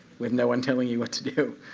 with no one telling you what to do.